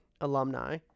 alumni